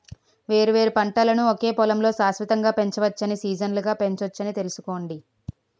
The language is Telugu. వేర్వేరు పంటలను ఒకే పొలంలో శాశ్వతంగా పెంచవచ్చని, సీజనల్గా పెంచొచ్చని తెలుసుకోండి